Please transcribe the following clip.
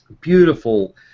beautiful